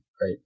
right